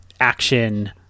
action